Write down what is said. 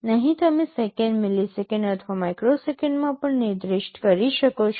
અહીં તમે second millisecond અથવા માઇક્રોસેકન્ડ્સમાં પણ નિર્દિષ્ટ કરી શકો છો